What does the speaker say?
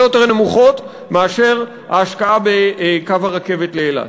יותר נמוכות מאשר ההשקעה בקו הרכבת לאילת.